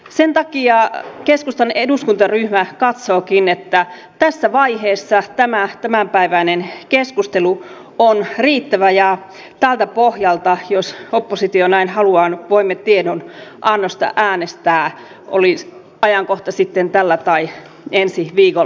sen takia keskustan eduskuntaryhmä katsookin että tässä vaiheessa tämä tämänpäiväinen keskustelu on riittävä ja tältä pohjalta jos oppositio näin haluaa voimme tiedonannosta äänestää oli ajankohta sitten tällä tai ensi viikolla